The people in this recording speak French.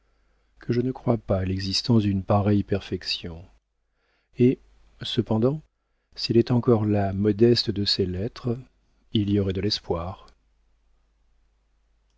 que je ne crois pas à l'existence d'une pareille perfection et cependant si elle est encore la modeste de ses lettres il y aurait de l'espoir